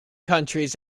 countries